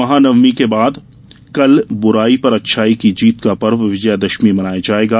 महानवमी के बाद कल बुराई पर अच्छाई की जीत का पर्व विजयादशमी मनाया जायेगा